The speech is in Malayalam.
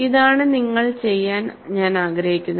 ഇതാണ് നിങ്ങൾ ചെയ്യാൻ ഞാൻ ആഗ്രഹിക്കുന്നത്